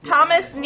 Thomas